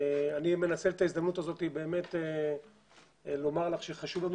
אני מנצל את ההזדמנות הזאת לומר לך שחשוב לנו